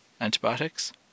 antibiotics